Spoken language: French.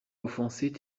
offenser